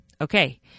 okay